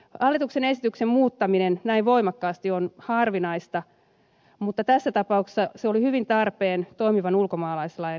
hallituksen esityksen muuttaminen näin voimakkaasti on harvinaista mutta tässä tapauksessa se oli hyvin tarpeen toimivan ulkomaalaislain luomiseksi